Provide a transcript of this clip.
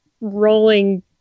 rolling